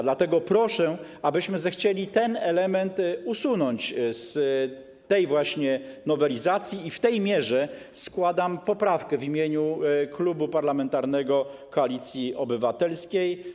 Dlatego proszę, abyśmy zechcieli ten element usunąć z tej właśnie nowelizacji, i w tej mierze składam poprawkę w imieniu Klubu Parlamentarnego Koalicji Obywatelskiej.